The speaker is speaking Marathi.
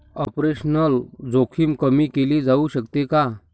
ऑपरेशनल जोखीम कमी केली जाऊ शकते का?